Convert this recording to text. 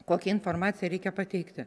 kokią informaciją reikia pateikti